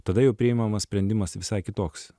tada jau priimamas sprendimas visai kitoks